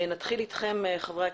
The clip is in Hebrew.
נתחיל איתך, ח"כ